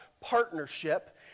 partnership